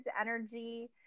energy